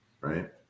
right